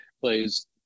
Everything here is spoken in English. plays